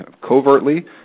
covertly